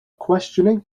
questioning